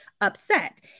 upset